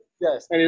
yes